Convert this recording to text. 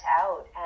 out